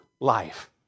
life